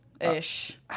Ish